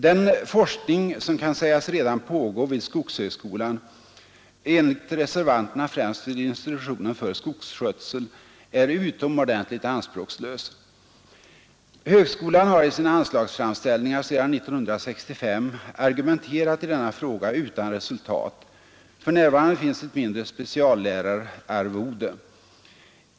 Den forskning som pågår i miljöanpassat skogsbruk vid skogshögskolan, enligt reservanterna främst vid institutionen för skogsskötsel, är utomordentligt anspråkslös. Högskolan har i sina anslagsframställningar sedan 1965 argumenterat i denna fråga utan resultat. För närvarande finns ett mindre speciallärararvode.